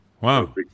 Wow